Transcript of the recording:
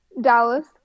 Dallas